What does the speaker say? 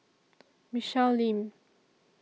Michelle Lim